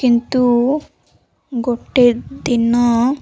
କିନ୍ତୁ ଗୋଟେ ଦିନ